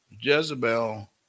Jezebel